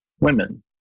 women